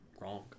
wrong